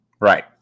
Right